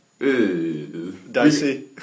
Dicey